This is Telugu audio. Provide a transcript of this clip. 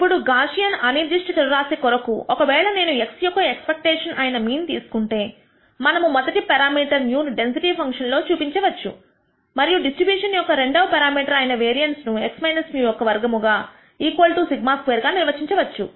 ఇప్పుడు గాసియన్ అనిర్దిష్ట చరరాశి కొరకు ఒకవేళ నేను x యొక్క ఎక్స్పెక్టేషన్ అయిన మీన్ తీసుకుంటే మనము మొదటి పెరామీటర్ μ ను డెన్సిటీ ఫంక్షన్ లో లో చూపించ వచ్చు మరియు డిస్ట్రిబ్యూషన్ యొక్క రెండవ పెరామీటర్ అయిన వేరియన్స్ ను x μ యొక్క వర్గము σ2 గా నిర్వచించవచ్చు